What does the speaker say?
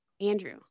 Andrew